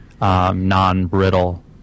non-brittle